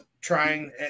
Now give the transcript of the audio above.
trying